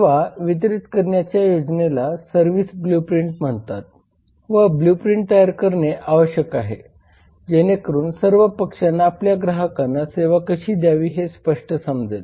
सेवा वितरीत करण्याची योजनेला सर्व्हिस ब्लूप्रिंट म्हणतात व ब्लूप्रिंट तयार करणे आवश्यक आहे जेणेकरून सर्व पक्षांना आपल्या ग्राहकांना सेवा कशी द्यावी हे स्पष्टपणे समजेल